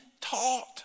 taught